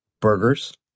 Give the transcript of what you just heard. burgers